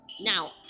Now